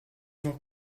noch